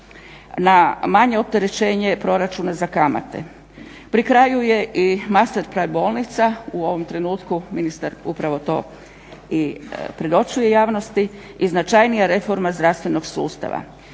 na manje opterećenje proračuna za kamate. Pri kraju je i master plan bolnica. U ovom trenutku ministar upravo to i predočuje javnosti. I značajnija reforma zdravstvenog sustava.